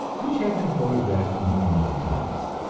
which have been photographed innumerable times.